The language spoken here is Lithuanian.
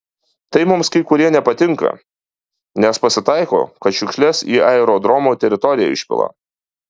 tai mums kai kurie nepatinka nes pasitaiko kad šiukšles į aerodromo teritoriją išpila